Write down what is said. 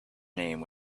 name